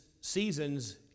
seasons